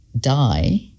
die